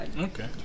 Okay